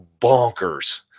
bonkers